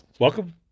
Welcome